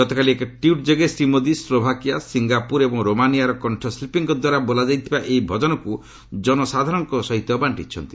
ଗତକାଲି ଏକ ଟ୍ୱିଟ୍ ଯୋଗେ ଶ୍ରୀ ମୋଦି ସ୍କୋଭାକିଆ ସିଙ୍ଗାପ୍ରର ଏବଂ ରୋମାନିଆର କଣ୍ଠଶିଳ୍ପୀଙ୍କ ଦ୍ୱାରା ବୋଲାଯାଇଥିବା ଏହି ଭଜନକ୍ର ଜନସାଧାରରଙ୍କ ସହିତ ବାଣ୍ଢିଛନ୍ତି